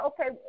okay